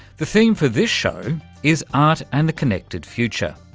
the theme for this show is art and the connected future,